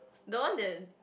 the one that